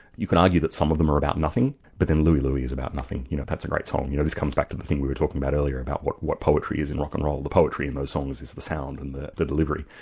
you can argue that some of them are about nothing, but then louie louie is about nothing, you know, and that's a great song. you know this comes back to the thing we were talking about earlier, about what what poetry is in rock n and roll. the poetry in those songs is the sound and the the delivery.